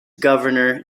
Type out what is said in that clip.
governor